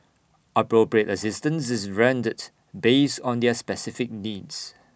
appropriate assistance is rendered based on their specific needs